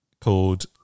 called